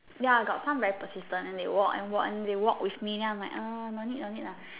ya got some very persistent then they will walk and walk and they walk with me then I'm like uh no need no need lah